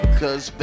cause